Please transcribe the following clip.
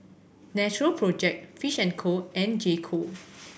Natural Project Fish and Co and J Co